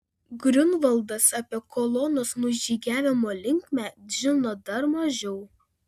griunvaldas apie kolonos nužygiavimo linkmę žino dar mažiau